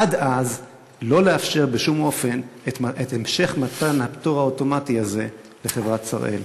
עד אז לא לאפשר בשום אופן את המשך מתן הפטור האוטומטי הזה לחברת "שראל".